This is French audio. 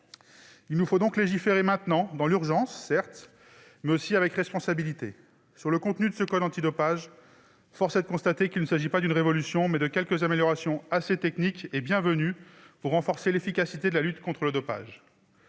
Il nous faut donc légiférer maintenant, dans l'urgence, certes, mais aussi avec responsabilité. Sur le contenu de ce code antidopage, force est de le constater, il s'agit non pas d'une révolution, mais de quelques améliorations assez techniques et bienvenues visant à renforcer l'efficacité de la lutte contre le dopage.